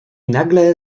nagle